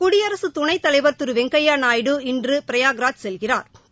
குடியரசு துணைத்தலைவா் திரு வெங்கையா நாயுடு இன்று ப்ரயாக்ராஜ் செல்கிறாா்